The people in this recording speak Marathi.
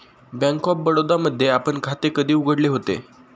बँक ऑफ बडोदा मध्ये आपण खाते कधी उघडले होते?